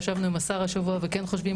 אנחנו ישבנו עם השר השבוע וכן עובדים